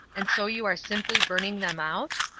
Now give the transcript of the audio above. and so you are simply burning them out?